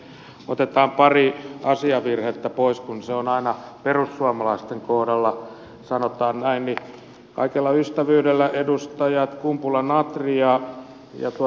otetaan pari asiavirhettä pois kun ne ovat aina perussuomalaisten kohdalla sanotaan näin kaikella ystävyydellä edustajat kumpula natri ja paasio